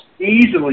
easily